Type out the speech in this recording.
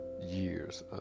years